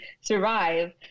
survive